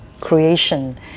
creation